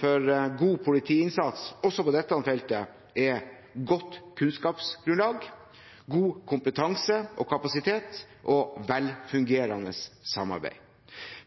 for god politiinnsats også på dette feltet er godt kunnskapsgrunnlag, god kompetanse og kapasitet og velfungerende samarbeid.